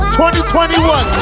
2021